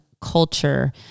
culture